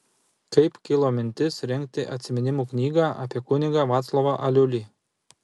kaip kilo mintis rengti atsiminimų knygą apie kunigą vaclovą aliulį